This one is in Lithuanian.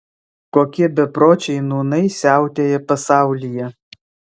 kokie bepročiai nūnai siautėja pasaulyje